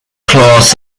class